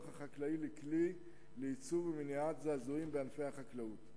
החקלאי לכלי לייצור ולמניעת זעזועים בענפי החקלאות.